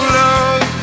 love